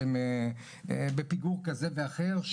שהם בפיגור כזה או אחר,